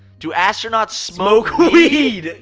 do astronauts smoke weed!